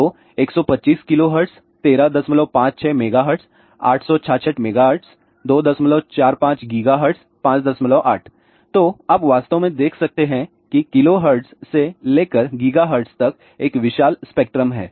तो 125 KHz 1356 MHz 866 MHz 245 GHz 58 तो आप वास्तव में देख सकते हैं कि KHz से लेकर GHz तक का एक विशाल स्पेक्ट्रम है